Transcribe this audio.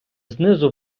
знизу